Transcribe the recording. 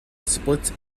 splits